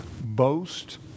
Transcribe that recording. Boast